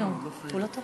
כבוד השר,